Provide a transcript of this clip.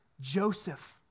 Joseph